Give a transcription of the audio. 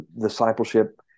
discipleship